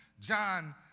John